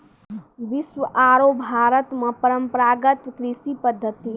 विश्व आरो भारत मॅ परंपरागत कृषि पद्धति